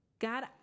God